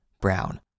Brown